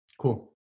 cool